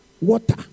water